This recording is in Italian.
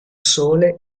sole